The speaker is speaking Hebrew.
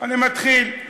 אני מתחיל: